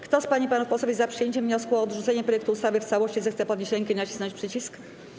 Kto z pań i panów posłów jest za przyjęciem wniosku o odrzucenie projektu ustawy w całości, zechce podnieść rękę i nacisnąć przycisk.